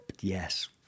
Yes